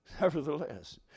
nevertheless